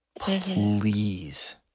Please